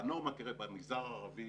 והנורמה במגזר הערבי,